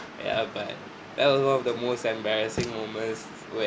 ya but that was one of the most embarrassing moments where